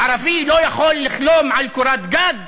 ערבי לא יכול לחלום על קורת גג?